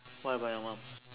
what about your mum